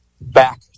back